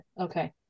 Okay